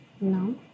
No